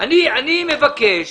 אני מבקש